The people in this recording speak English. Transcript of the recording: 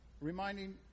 reminding